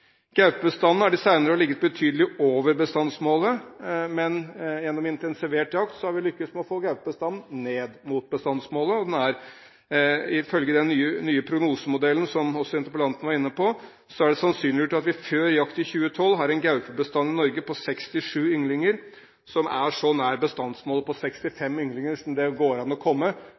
Gaupebestanden har i de senere år ligget betydelig over bestandsmålet. Men gjennom intensivert jakt har vi lyktes med å få gaupebestanden ned mot bestandsmålet. Det er ifølge den nye prognosemodellen – som også interpellanten var inne på – sannsynliggjort at vi før jakt i 2012 har en gaupebestand i Norge på 67 ynglinger, som er så nær bestandsmålet på 65 ynglinger som det går an å komme.